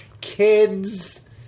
kids